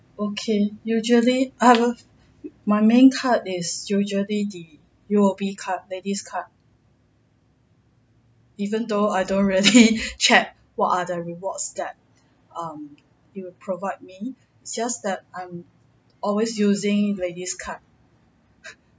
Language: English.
okay usually I will my main card is usually the U_O_B card ladies card even though I don't really check what are the rewards that err you would provide me just that I'm always using ladies card